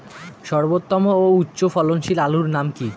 সর্বোত্তম ও উচ্চ ফলনশীল আলুর নাম কি?